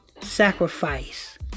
sacrifice